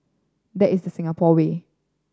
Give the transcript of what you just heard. that is the Singapore way